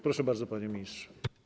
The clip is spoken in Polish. Proszę bardzo, panie ministrze.